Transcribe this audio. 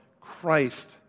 Christ